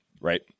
right